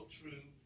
true